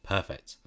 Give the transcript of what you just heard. Perfect